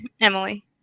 Emily